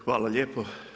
Hvala lijepo.